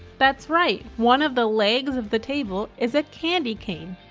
that's right one of the legs of the table is a candy cane.